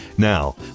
now